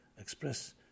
express